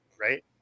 right